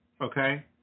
okay